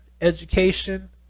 education